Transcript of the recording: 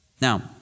Now